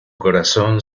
corazón